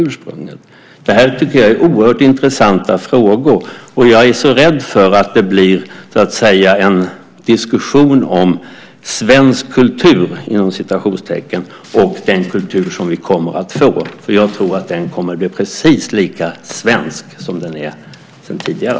Jag tycker att det här är oerhört intressanta frågor, och jag är så rädd för att det blir en diskussion om "svensk kultur" och den kultur som vi kommer att få, för jag tror att den kommer att bli precis lika svensk som den är sedan tidigare.